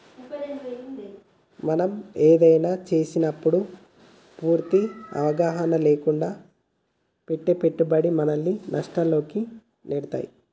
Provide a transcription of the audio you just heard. మనం ఏదైనా చేసేటప్పుడు పూర్తి అవగాహన లేకుండా పెట్టే పెట్టుబడి మనల్ని నష్టాల్లోకి నెడతాయి